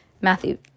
Matthew